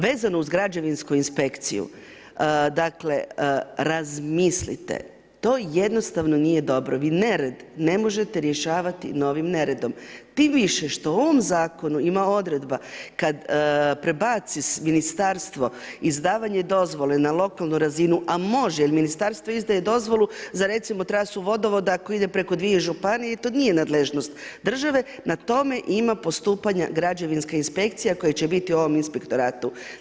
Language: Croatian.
Vezano uz građevinsku inspekciju, dakle, razmislite, to jednostavno nije dobro, vi nered ne možete rješavati novim neredom, tim više što u ovom zakonu ima odredba kada prebaci ministarstvo, izdavanje dozvole na lokalnu razinu, a može, jer ministarstvo izdaje dozvolu, za recimo trasu vodovoda, ako ide preko 2 županije i to nije nadležnost države, na tome ima postupanja građevinska inspekcija koja će biti u ovom inspektoratu.